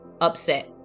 upset